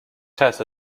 test